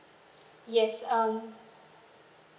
yes um